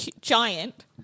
giant